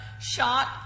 shot